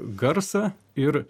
garsą ir